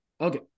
Okay